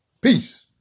Peace